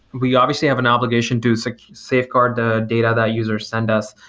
we obviously have an obligation to so safeguard the data that users send us.